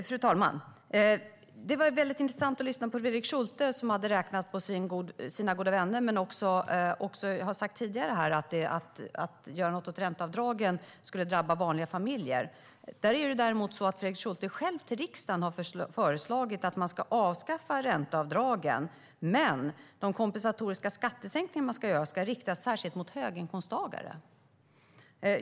Fru talman! Det var intressant att lyssna på Fredrik Schulte, som hade räknat på sina goda vänner. Tidigare har han sagt att det skulle drabba vanliga familjer om man gör något åt ränteavdragen. Fredrik Schulte har själv föreslagit riksdagen att man ska avskaffa ränteavdragen men att de kompensatoriska skattesänkningar som ska göras ska riktas särskilt mot höginkomsttagare.